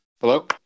Hello